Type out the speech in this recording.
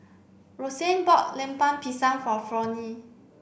Rosanne bought Lemper Pisang for Fronnie